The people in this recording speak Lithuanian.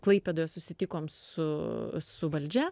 klaipėdoje susitikom su su valdžia